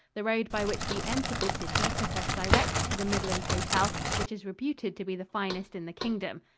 the road by which we entered the city took us direct to the midland hotel, which is reputed to be the finest in the kingdom.